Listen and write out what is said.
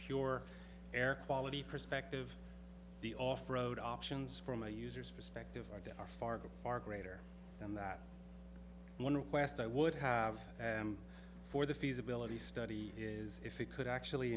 pure air quality perspective the off road options from a user's perspective are far far greater than that one request i would have for the feasibility study is if it could actually